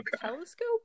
Telescope